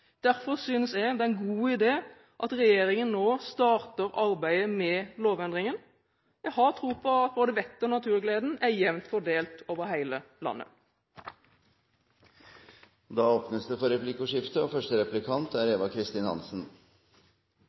Derfor synes jeg det er en god idé at regjeringen nå starter arbeidet med lovendringen. Jeg har tro på at både vettet og naturgleden er jevnt fordelt over hele landet. Det blir replikkordskifte. Først har jeg lyst til å takke statsråden for